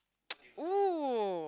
!woo!